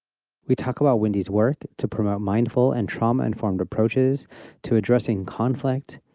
we talk about wendy's work to promote mindful and trauma informed approaches to addressing conflict,